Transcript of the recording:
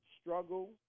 struggle